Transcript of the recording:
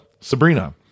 Sabrina